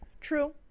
True